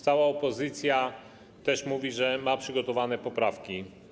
Cała opozycja też mówi, że ma przygotowane poprawki.